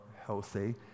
healthy